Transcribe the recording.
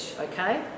okay